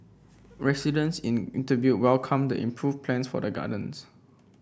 residents in interviewed welcomed the improved plans for the gardens